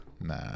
Nah